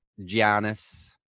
Giannis